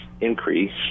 increase